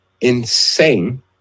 insane